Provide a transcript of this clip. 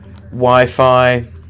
Wi-Fi